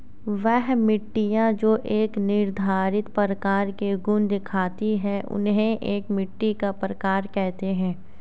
वह मिट्टियाँ जो एक निर्धारित प्रकार के गुण दिखाती है उन्हें एक मिट्टी का प्रकार कहते हैं